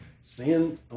Sin